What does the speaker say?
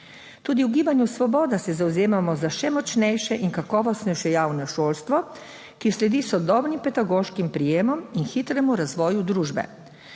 Tudi v Gibanju Svoboda se zavzemamo za še močnejše in kakovostnejše javno šolstvo, ki sledi sodobnim pedagoškim prijemom in hitremu razvoju družbe.